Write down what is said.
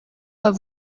pas